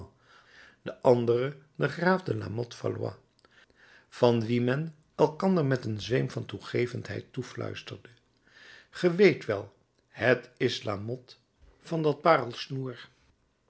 de andere de graaf de lamothe valois van wien men elkander met een zweem van toegevendheid toefluisterde ge weet wel het is lamothe van dat